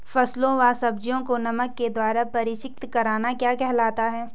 फलों व सब्जियों को नमक के द्वारा परीक्षित करना क्या कहलाता है?